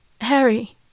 Harry